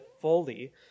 fully